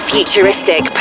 Futuristic